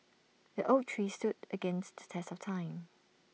the oak tree stood strong against the test of time